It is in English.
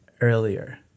earlier